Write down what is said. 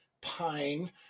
Pine